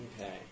Okay